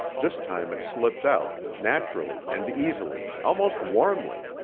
this time it slipped out, naturally and easily, almost warmly,